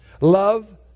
Love